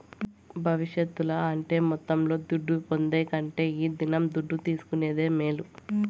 భవిష్యత్తుల అంటే మొత్తంలో దుడ్డు పొందే కంటే ఈ దినం దుడ్డు తీసుకునేదే మేలు